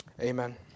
Amen